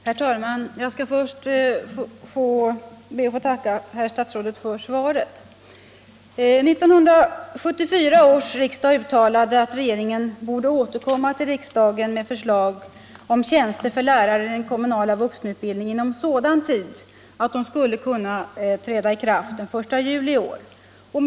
Herr talman! Först ber jag att få tacka statsrådet för svaret. 1974 års riksdag uttalade att regeringen borde återkomma till riksdagen med förslag om tjänster för lärare i den kommunala vuxenutbildningen inom sådan tid att de skulle kunna träda i kraft den 1 juli 1975.